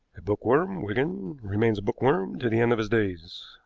a bookworm, wigan, remains a bookworm to the end of his days.